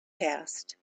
passed